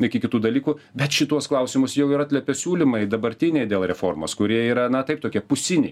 iki kitų dalykų bet šituos klausimus jau ir atliepia siūlymai dabartiniai dėl reformos kurie yra na taip tokie pusiniai